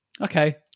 Okay